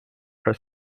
her